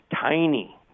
tiny